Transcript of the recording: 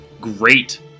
Great